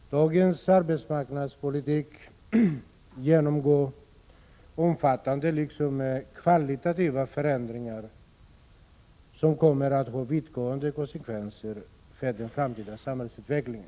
Fru talman! Dagens arbetsmarknadspolitik genomgår omfattande liksom kvalitativa förändringar som kommer att få vittgående konsekvenser för den framtida samhällsutvecklingen.